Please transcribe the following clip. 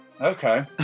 Okay